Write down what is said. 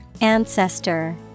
Ancestor